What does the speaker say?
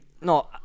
no